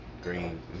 Green